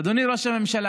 אדוני ראש הממשלה,